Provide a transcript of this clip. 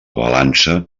balança